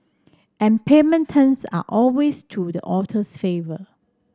and payment terms are always to the author's favour